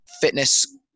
fitness